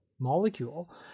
molecule